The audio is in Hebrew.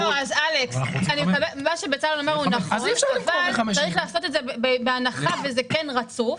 מה שבצלאל אומר זה נכון אבל צרך לעשות את זה בהנחה וזה כן רצוף,